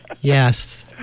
Yes